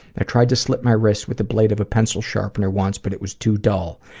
i tried to slit my wrists with the blade of a pencil sharpener once, but it was too dull.